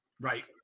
right